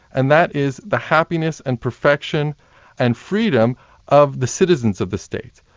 and that is the happiness and perfection and freedom of the citizens of the state.